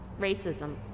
racism